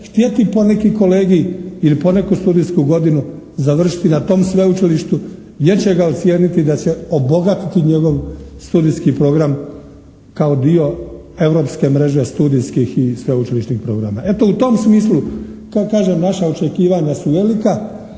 htjeti poneki kolegij ili poneku studijsku godinu završiti na tom sveučilištu jer će ga ocijeniti da će obogatiti njegov studijski program kao dio europske mreže studijskih i sveučilišnih programa. Eto, u tom smislu kažem naša očekivanja su velika,